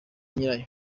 nyirayo